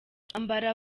ambara